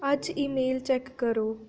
अज्ज email check करो